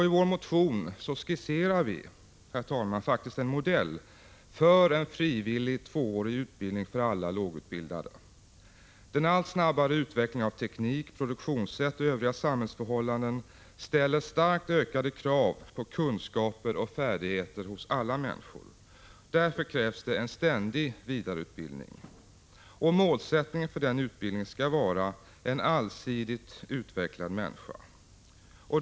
I vår motion skisserar vi en modell för en frivillig tvåårig utbildning för alla lågutbildade. Den allt snabbare utvecklingen av teknik, produktionssätt och övriga samhällsförhållanden ställer starkt ökade krav på kunskaper och färdigheter hos alla människor. Därför krävs det en ständig vidareutbildning. Målsättningen för den utbildningen skall vara en allsidig utveckling av människan.